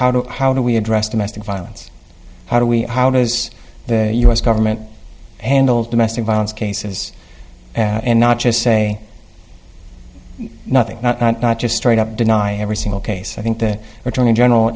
do how do we address domestic violence how do we how does the u s government handle domestic violence cases and not just say nothing not not just straight up deny every single case i think the attorney general